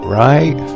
right